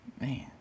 Man